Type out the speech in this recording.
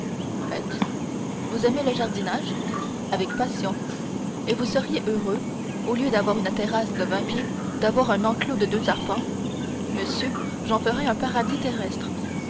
vous aimez le jardinage avec passion et vous seriez heureux au lieu d'avoir une terrasse de vingt pieds d'avoir un enclos de deux arpents monsieur j'en ferais un paradis terrestre